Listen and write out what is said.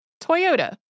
Toyota